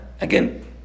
Again